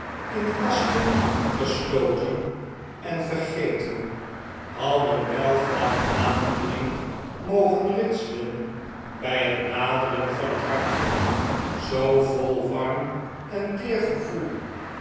in kasten gesloten en vergeten hadden wel van aandoening mogen ritselen bij het naderen van een hartje zoo vol warm en teer gevoel